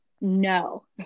No